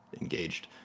engaged